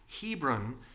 Hebron